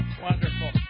Wonderful